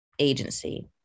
agency